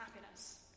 happiness